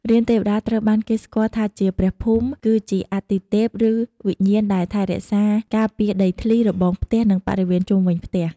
រានទេវតា ត្រូវបានគេស្គាល់ថាជាព្រះភូមិ គឺជាអាទិទេពឬវិញ្ញាណដែលថែរក្សាការពារដីធ្លី របងផ្ទះ និងបរិវេណជុំវិញផ្ទះ។